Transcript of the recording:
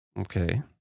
Okay